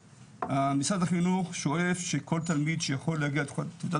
המשרד החינוך שואף שכל תלמיד שיכול להגיע לכלל תעודת